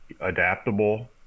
adaptable